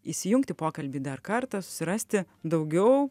įsijungti pokalbį dar kartą susirasti daugiau